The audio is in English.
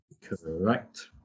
Correct